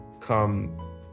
come